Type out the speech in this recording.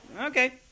Okay